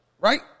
right